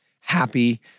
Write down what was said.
happy